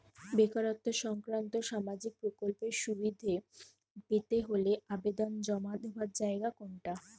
বেকারত্ব সংক্রান্ত সামাজিক প্রকল্পের সুবিধে পেতে হলে আবেদন জমা দেওয়ার জায়গা কোনটা?